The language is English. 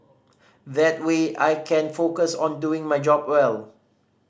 that way I can focus on doing my job well